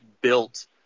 built